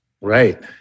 Right